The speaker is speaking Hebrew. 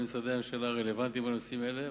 משרדי הממשלה הרלוונטיים בנושאים אלו,